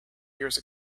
years